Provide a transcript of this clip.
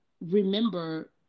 remember